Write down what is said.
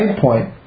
point